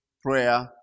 prayer